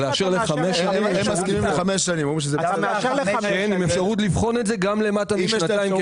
לאשר לחמש שנים עם אפשרות לבחון את זה גם למטה משנתיים,